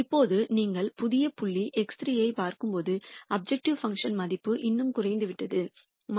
இப்போது நீங்கள் புதிய புள்ளி x3 ஐப் பார்க்கும்போது அப்ஜெக்டிவ் பங்க்ஷன் மதிப்பு இன்னும் குறைந்துவிட்டது 2